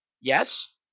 yes